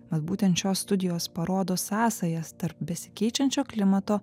mat būtent šios studijos parodo sąsajas tarp besikeičiančio klimato